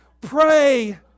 Pray